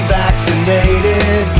vaccinated